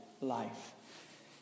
life